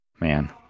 man